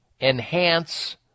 enhance